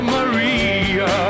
Maria